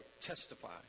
testify